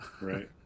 Right